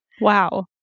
wow